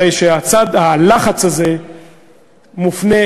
הרי שהלחץ הזה מופנה